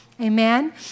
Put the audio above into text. Amen